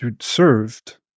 served